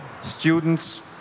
Students